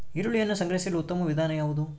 ಈರುಳ್ಳಿಯನ್ನು ಸಂಗ್ರಹಿಸಲು ಉತ್ತಮ ವಿಧಾನ ಯಾವುದು?